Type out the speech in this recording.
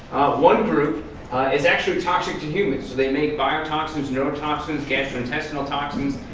one group is actually toxic to humans, so they make biotoxins, neurotoxins, gastrointestinal toxins,